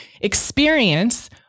experience